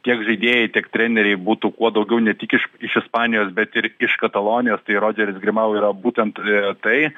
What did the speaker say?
tiek žaidėjai tiek treneriai būtų kuo daugiau ne tik iš iš ispanijos bet ir iš katalonijos tai rodžeris grimau yra būtent a tai